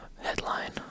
headline